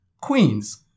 Queens